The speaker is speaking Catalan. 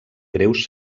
greus